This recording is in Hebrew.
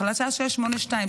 החלטה 682,